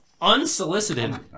unsolicited